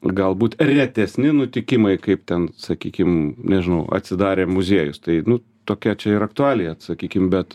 galbūt retesni nutikimai kaip ten sakykim nežinau atsidarė muziejus tai nu tokia čia ir aktualija sakykim bet